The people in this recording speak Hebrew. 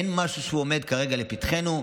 אין משהו שעומד כרגע לפתחנו.